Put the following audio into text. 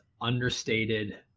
understated